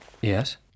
Yes